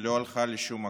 לא הלכה לשום מקום.